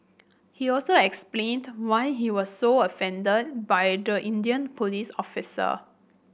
he also explained why he was so offended by the Indian police officer